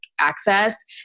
Access